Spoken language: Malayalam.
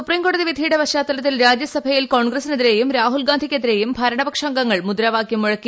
സുപ്രീംക്യോടതി വിധിയുടെ പശ്ചാത്തലത്തിൽ രാജ്യസഭയിൽ ക്ടോൺഗസ്സിനെതിരേയും രാഹുൽഗാന്ധിക്കെ തിരേയും ഭരണപക്ഷ് അംഗങ്ങൾ മുദ്രാവാകൃം മുഴക്കി